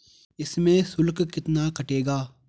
इसमें शुल्क कितना कटेगा?